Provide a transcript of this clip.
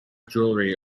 jewelry